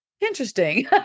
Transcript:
interesting